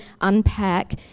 unpack